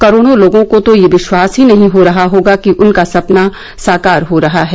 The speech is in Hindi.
करोड़ों लोगों को तो यह विश्वास ही नहीं हो रहा होगा कि उनका सपना साकार हो रहा है